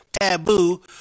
taboo